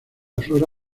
flora